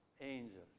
angels